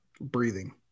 breathing